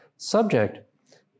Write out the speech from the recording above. Subject